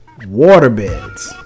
Waterbeds